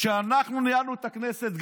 כשאנחנו ניהלנו את הכנסת,